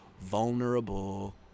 vulnerable